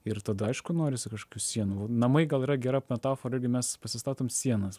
ir tada aišku norisi kažkokių sienų namai gal yra gera metafora irgi mes pasistatom sienas